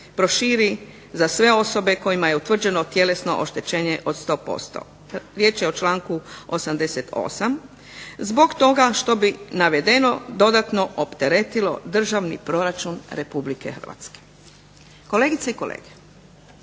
proširi za sve osobe kojima je utvrđeno tjelesno oštećenje od 100%. Riječ je o članku 88., zbog toga što bi navedeno dodatno opteretilo Državni proračun Republike Hrvatske. Kolegice i kolege